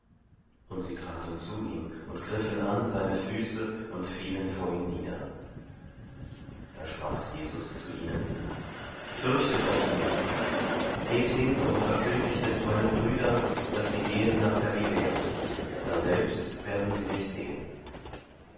und sie traten zu ihm und griffen an seine füße und fielen vor ihm nieder da sprach jesus zu ihnen fürchtet euch nicht geht hin und verkündigt es meinen brüdern daß sie gehen nach galiläa daselbst werden sie mich sehen